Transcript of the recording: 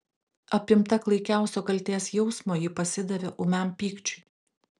apimta klaikiausio kaltės jausmo ji pasidavė ūmiam pykčiui